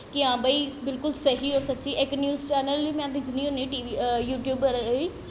कि हां भाई बिल्कुल स्हेई होर सच्ची इक न्यूज़ चैन्नल में दिक्खनी होन्नी यूटयूब पर में